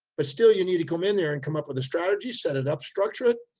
but still you need to come in there and come up with a strategy, set it up, structure it,